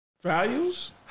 Values